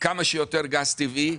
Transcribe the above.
כמה שיותר גז טבעי,